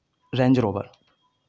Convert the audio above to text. Range Rover